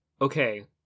Okay